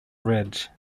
ridge